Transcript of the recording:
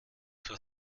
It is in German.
zwar